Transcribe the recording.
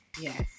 Yes